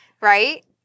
right